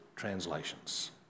translations